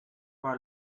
bar